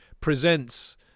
presents